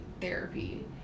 therapy